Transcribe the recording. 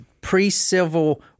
pre-civil